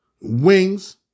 Wings